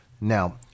Now